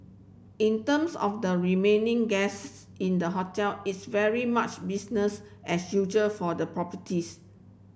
in terms of the remaining guests in the hotel it's very much business as usual for the properties